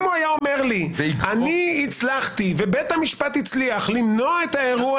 אם הוא היה אומר לי שאני הצלחתי ובית המשפט הצליח למנוע את האירוע